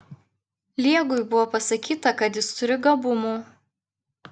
liegui buvo pasakyta kad jis turi gabumų